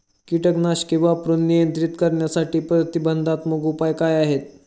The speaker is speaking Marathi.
कीटकनाशके वापरून नियंत्रित करण्यासाठी प्रतिबंधात्मक उपाय काय आहेत?